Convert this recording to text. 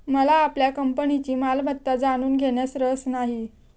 मला आपल्या कंपनीची मालमत्ता जाणून घेण्यात रस नाही